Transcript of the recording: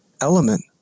element